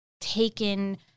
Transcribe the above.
taken